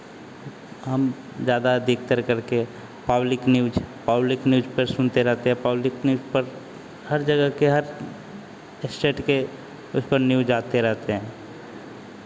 हम ज़्यादा अधिकतर करके पब्लिक न्यूज़ पब्लिक न्यूज़ पे सुनते रहते हैं पब्लिक न्यूज़ पर हर जगह के हर स्टेट के उसपर न्यूज़ आते रहते हैं